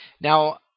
Now